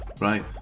right